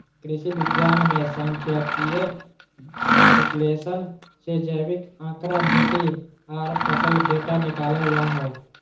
कृषि विज्ञान मे सांख्यिकीय विश्लेषण से जैविक आंकड़ा, मिट्टी आर फसल डेटा निकालल जा हय